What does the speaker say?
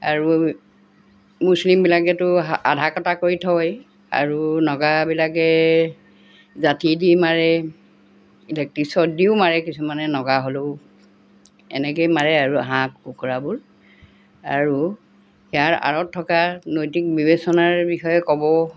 আৰু মুছলিমবিলাকেতো আধা কটা কৰি থয় আৰু নগাবিলাকে যাঠি দি মাৰে ইলেক্ট্ৰি শ্বৰ্ট দিও মাৰে কিছুমানে নগা হ'লেও এনেকেই মাৰে আৰু হাঁহ কুকৰাবোৰ আৰু ইয়াৰ আঁৰত থকা নৈতিক বিবেচনাৰ বিষয়ে ক'ব